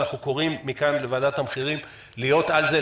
אנחנו קוראים מכאן לוועדת המחירים להיות על זה,